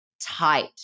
tight